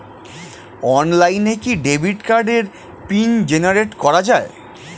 অনলাইনে কি ডেবিট কার্ডের পিন জেনারেট করা যায়?